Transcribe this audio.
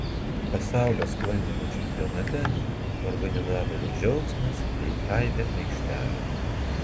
pasaulio sklandymo čempionate organizatorių džiaugsmas bei aibė aikštelių